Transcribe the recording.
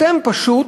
אתם פשוט